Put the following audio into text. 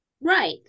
Right